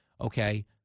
Okay